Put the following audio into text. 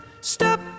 stop